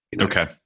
Okay